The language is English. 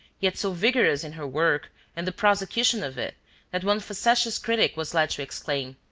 yet so vigorous in her work and the prosecution of it that one facetious critic was led to exclaim,